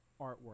artwork